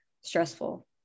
stressful